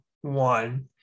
one